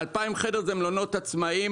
2,000 חדר זה מלונות עצמאיים,